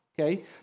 okay